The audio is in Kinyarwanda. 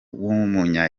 w’umunya